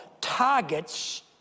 targets